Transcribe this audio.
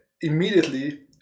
immediately